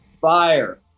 fire